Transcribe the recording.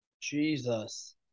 Jesus